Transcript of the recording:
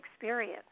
experience